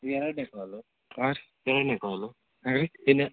ಎರಡನೆ ಕಾಲು ಹಾಂ ರೀ ಎರಡನೆ ಕಾಲು ಹಾಂ ರೀ ಇನ್ನ